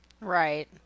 Right